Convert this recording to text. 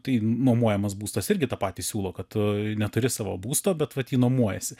tai nuomojamas būstas irgi tą patį siūlo kad tu neturi savo būsto bet vat jį nuomuojiesi